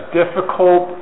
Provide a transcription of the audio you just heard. difficult